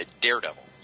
Daredevil